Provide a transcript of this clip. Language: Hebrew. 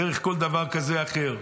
דרך כל דבר כזה אחר.